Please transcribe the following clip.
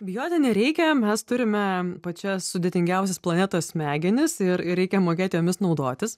bijoti nereikia mes turime pačias sudėtingiausias planetos smegenis ir ir reikia mokėti jomis naudotis